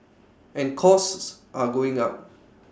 and costs are going up